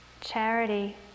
charity